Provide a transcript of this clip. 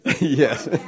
Yes